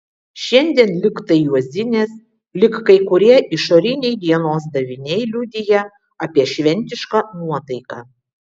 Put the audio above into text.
šiandien lyg tai juozinės lyg kai kurie išoriniai dienos daviniai liudija apie šventišką nuotaiką